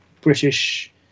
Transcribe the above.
British